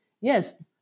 yes